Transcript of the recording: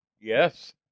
Yes